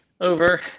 over